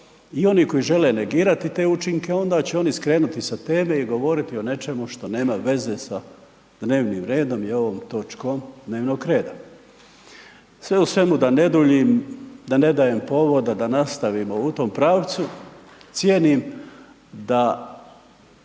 i oni koji žele negirati te učinke onda će oni skrenuti sa teme i govoriti o nečemu što nema veze sa dnevnim redom i ovom točkom dnevnog reda. Sve u svemu da ne duljim, da ne dajem povoda da nastavimo u tom pravcu, cijenim da